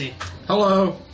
Hello